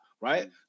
right